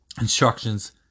instructions